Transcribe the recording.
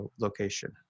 location